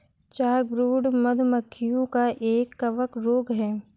chalkbrood, मधु मक्खियों का एक कवक रोग है